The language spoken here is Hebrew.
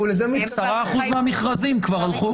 10% מהמכרזים כבר הלכו.